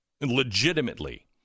legitimately